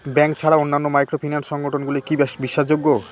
Bank ছাড়া অন্যান্য microfinance সংগঠন গুলি কি বিশ্বাসযোগ্য?